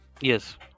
yes